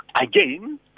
Again